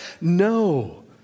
No